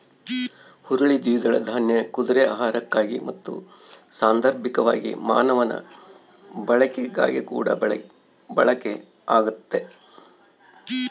ಹುರುಳಿ ದ್ವಿದಳ ದಾನ್ಯ ಕುದುರೆ ಆಹಾರಕ್ಕಾಗಿ ಮತ್ತು ಸಾಂದರ್ಭಿಕವಾಗಿ ಮಾನವ ಬಳಕೆಗಾಗಿಕೂಡ ಬಳಕೆ ಆಗ್ತತೆ